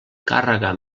càrrega